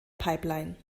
pipeline